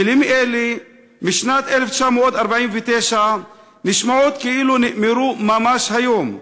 מילים אלה משנת 1949 נשמעות כאילו נאמרו ממש היום.